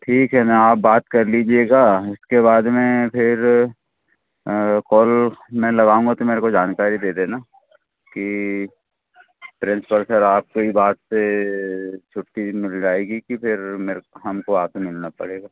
ठीक है ना आप बात कर लीजिएगा इसके बाद में फिर कॉल मैं लगाऊँगा तो मेरे को जानकारी दे देना की प्रिंसिपल सर आपकी बात से छुट्टी मिल जाएगी कि फिर मेरे हमको आकर मिलना पड़ेगा